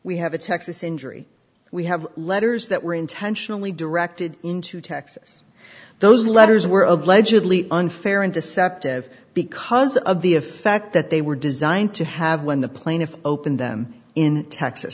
we have a texas injury we have letters that were intentionally directed into texas those letters were allegedly unfair and deceptive because of the effect that they were designed to have when the plaintiff opened them in texas